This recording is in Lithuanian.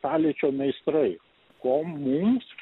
sąlyčio meistrai ko mums